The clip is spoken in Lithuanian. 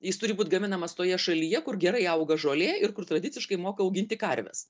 jis turi būt gaminamas toje šalyje kur gerai auga žolė ir kur tradiciškai moka auginti karves